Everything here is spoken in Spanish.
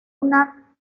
una